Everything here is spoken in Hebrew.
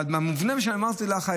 אבל, במובנה, מה שאמרתי לך,